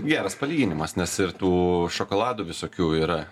geras palyginimas nes ir tų šokoladų visokių yra